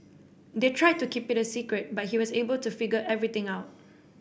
they tried to keep it a secret but he was able to figure everything out